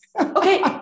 Okay